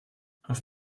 auf